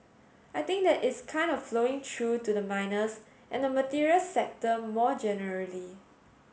I think that is kind of flowing through to the miners and the materials sector more generally